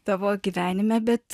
tavo gyvenime bet